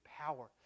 power